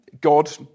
God